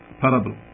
parable